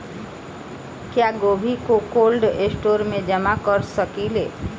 क्या गोभी को कोल्ड स्टोरेज में जमा कर सकिले?